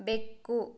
ಬೆಕ್ಕು